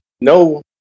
no